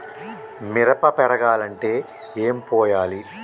మిరప పెరగాలంటే ఏం పోయాలి?